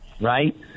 right